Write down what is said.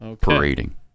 Parading